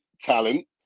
talent